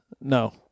No